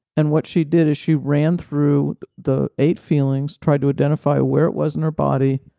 and what she did is she ran through the eight feelings, tried to identify where it was in her body,